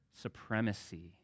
supremacy